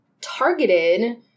targeted